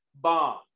bomb